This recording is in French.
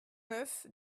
neuf